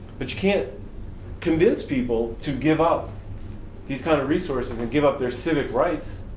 but you can't convince people to give up these kind of resources and give up their civic rights